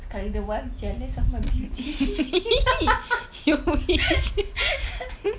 sekali the wife jealous of my beauty